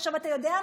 עכשיו, אתה יודע מה?